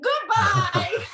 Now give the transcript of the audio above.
Goodbye